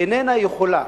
איננה יכולה,